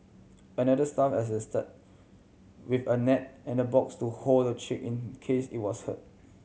another staff assisted with a net and a box to hold the chick in case it was hurt